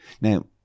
Now